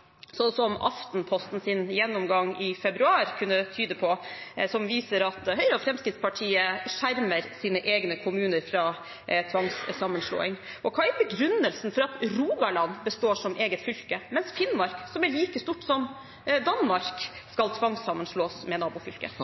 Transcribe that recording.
sånn at regjeringspartiene bare har tillit til lokaldemokratiet og regionaldemokratiet når man får de svarene man vil ha? Eller er tilliten avhengig av partiboka, som Aftenpostens gjennomgang i februar kunne tyde på, som viser at Høyre og Fremskrittspartiet skjermer sine egne kommuner fra tvangssammenslåing? Hva er begrunnelsen for at Rogaland består som eget fylke, mens Finnmark, som er like stort som Danmark, skal tvangssammenslås med nabofylket?